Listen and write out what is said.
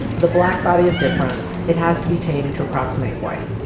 the black body is different. it has to be tamed to approximate white.